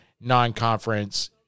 non-conference